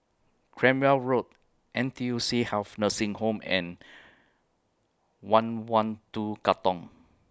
Cranwell Road N T U C Health Nursing Home and one one two Katong